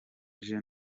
gen